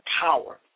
power